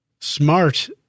Smart